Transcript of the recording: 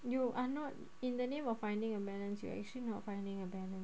you are not in the name of finding a balance you actually know finding a balance